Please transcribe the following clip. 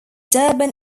durban